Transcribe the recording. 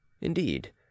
indeed